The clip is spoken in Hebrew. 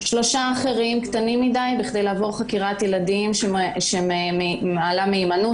שלושה אחרים קטנים מדי בכדי לעבור חקירת ילדים שמעלה מהימנות,